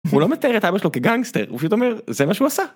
‫הוא לא מתאר את האבא שלו כגנגסטר, ‫הוא פשוט אומר, זה מה שהוא עשה.